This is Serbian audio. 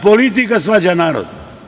Politika svađa narod.